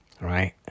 right